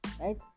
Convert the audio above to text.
right